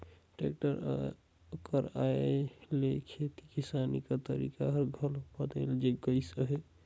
tractor कर आए ले खेती किसानी कर तरीका हर घलो बदेल गइस अहे